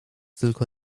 tylko